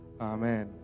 Amen